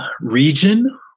region